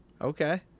okay